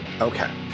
Okay